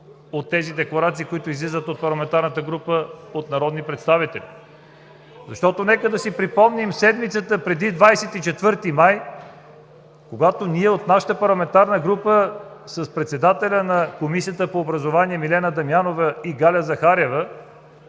отговор с декларациите, които излизат от парламентарната група, от народни представители. Нека да си припомним седмицата преди 24 май, когато от нашата парламентарна група председателят на Комисията по образование Милена Дамянова и Галя Захариева